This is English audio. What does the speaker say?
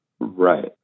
Right